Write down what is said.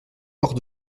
hors